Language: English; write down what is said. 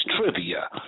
trivia